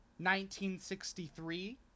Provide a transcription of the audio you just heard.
1963